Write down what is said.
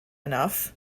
enough